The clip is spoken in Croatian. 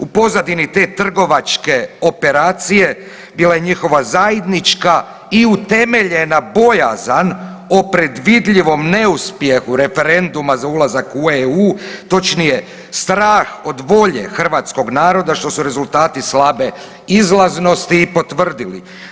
U pozadini te trgovačke operacije bila je njihova zajednička i utemeljena bojazan o predvidljivom neuspjehu referenduma za ulazak u EU točnije strah od volje hrvatskog naroda što su rezultati slabe izlaznosti i potvrdili.